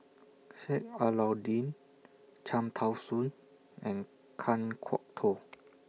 Sheik Alau'ddin Cham Tao Soon and Kan Kwok Toh